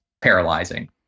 paralyzing